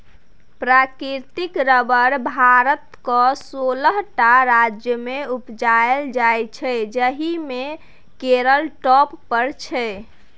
प्राकृतिक रबर भारतक सोलह टा राज्यमे उपजाएल जाइ छै जाहि मे केरल टॉप पर छै